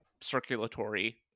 circulatory